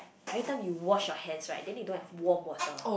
everytime you wash your hands right then they don't have warm water